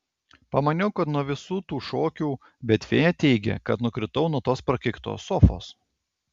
pamaniau kad nuo visų tų šokių bet fėja teigia kad nukritau nuo tos prakeiktos sofos